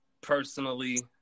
personally